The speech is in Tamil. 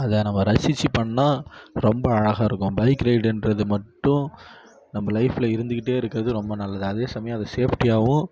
அதை நம்ம ரசிச்சு பண்ணா ரொம்ப அழகாக இருக்கும் பைக் ரைடுன்றது மட்டும் நம்ம லைஃப்பில் இருந்துக்கிட்டே இருக்கிறது ரொம்ப நல்லது அதே சமயம் அது சேஃப்ட்டியாகவும்